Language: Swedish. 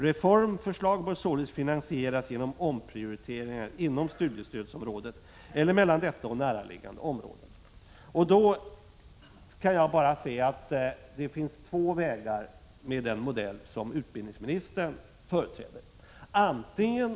Reformförslag bör således finansieras genom omprioriteringar inom studiestödsområdet eller mellan detta och näraliggande områden, heter det vidare. Med den modell som utbildningsministern företräder kan jag bara se att det finns två vägar.